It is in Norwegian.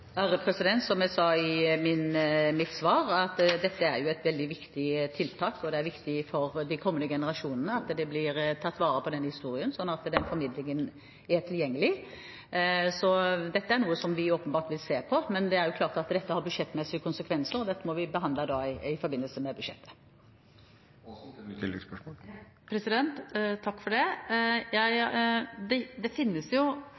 Som jeg sa i svaret mitt, er dette et veldig viktig tiltak. Det er viktig for de kommende generasjonene at det blir tatt vare på historien, slik at den formidlingen er tilgjengelig. Dette er åpenbart noe vi vil se på, men det er klart at dette har budsjettmessige konsekvenser, og at vi må behandle det i forbindelse med budsjettet. Takk for det. Det finnes en del institusjoner i Norge, som jeg